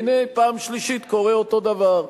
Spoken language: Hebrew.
והנה, פעם שלישית קורה אותו הדבר,